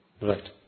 Right